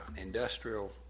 industrial